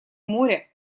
моря